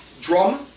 drum